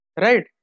right